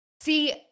See